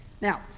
Now